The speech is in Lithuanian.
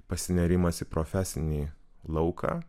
pasinėrimas į profesinį lauką